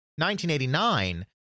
1989